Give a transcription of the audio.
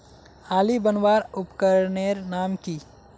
आली बनवार उपकरनेर नाम की?